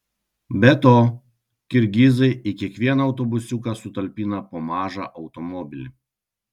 be to kirgizai į kiekvieną autobusiuką sutalpina po mažą automobilį